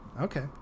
Okay